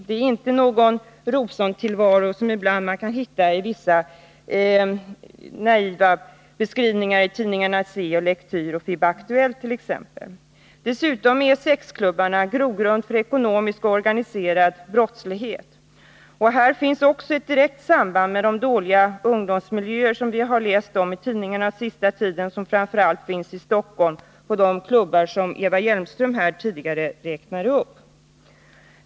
Det är inte någon rosentillvaro, som man ibland kan läsa i vissa naiva beskrivningar i exempelvis tidningarna Se, Lektyr och FIB-Aktuellt. Dessutom är sexklubbarna grogrund för organiserad ekonomisk brottslighet. Här finns också ett direkt samband med de dåliga ungdomsmiljöer som vi har läst om i tidningarna den senaste tiden och som framför allt finns i Stockholm — jag tänker på de klubbar som Eva Hjelmström tidigare räknade upp.